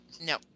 No